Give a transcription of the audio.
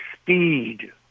speed